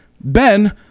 Ben